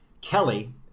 Kelly